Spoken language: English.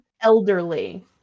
elderly